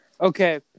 Okay